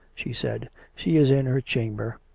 she said she is in her chamber.